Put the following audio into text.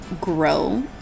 grow